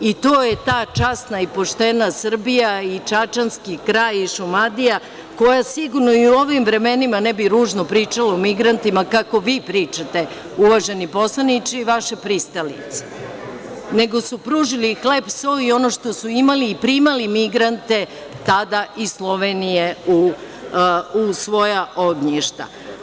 I, to je ta časna i poštena Srbija i čačanski kraj i Šumadija koja sigurno i u ovim vremenima ne bi ružno pričala o migrantima kako vi pričate, uvaženi poslaniče, i vaše pristalice, nego su pružili hleb, so i ono što su imali i primali migrante tada iz Slovenije u svoja ognjišta.